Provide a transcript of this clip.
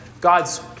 God's